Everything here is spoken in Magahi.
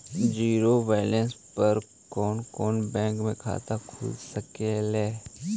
जिरो बैलेंस पर कोन कोन बैंक में खाता खुल सकले हे?